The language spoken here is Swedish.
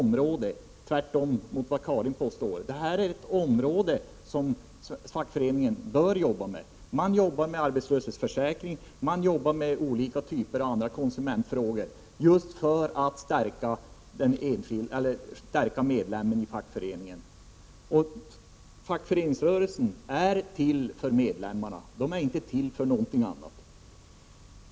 Man har sagt att det här är ett område som fackföreningen bör jobba med. Man jobbar med arbetslöshetsförsäkring, och man jobbar med olika typer av andra konsumentfrågor, just för att stärka medlemmen i fackföreningen. Fackföreningsrörelsen är till för medlemmarna. Den är inte till för någonting annat.